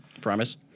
Promise